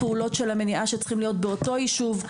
פעולות המניעה שצריכים לעשות בתוך אותו ישוב.